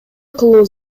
кылуу